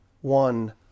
one